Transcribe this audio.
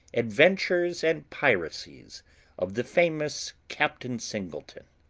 adventures and piracies of the famous captain singleton,